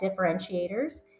differentiators